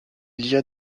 lia